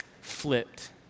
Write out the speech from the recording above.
flipped